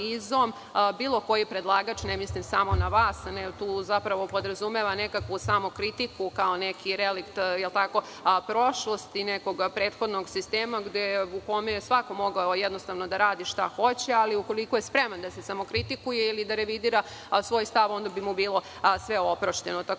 bilo koji predlagač, ne mislim samo na vas, podrazumeva nekakvu samokritiku kao neki relikt prošlosti nekog prethodnog sistema, u kom je jednostavno svako mogao da radi šta hoće, ali ukoliko je spreman da se samokritikuje ili da revidira svoj stav, onda bi mu bilo sve oprošteno. Takođe,